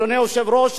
אדוני היושב-ראש,